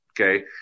Okay